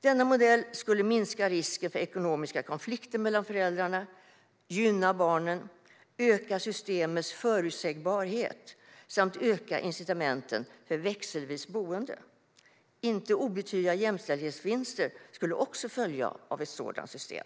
Denna modell skulle minska risken för ekonomiska konflikter mellan föräldrarna, gynna barnen, öka systemets förutsägbarhet samt öka incitamenten för växelvis boende. Inte obetydliga jämställdhetsvinster skulle också följa av ett sådant system.